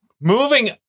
Moving